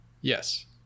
Yes